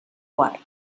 guard